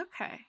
Okay